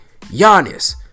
Giannis